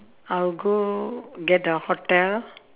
I'll go get the hotel